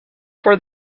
for